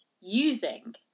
using